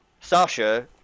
Sasha